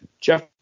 Jeff